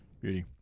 Beauty